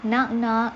knock knock